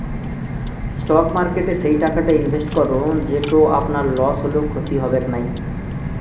stock মার্কেটে সেই টাকাটা ইনভেস্ট করো যেটো আপনার লস হলেও ক্ষতি হবেক নাই